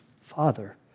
father